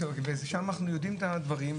שם אנחנו יודעים את הדברים,